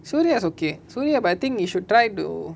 suria is okay suria but I think you should try to